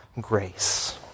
grace